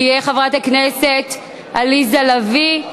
תהיה חברת הכנסת עליזה לביא.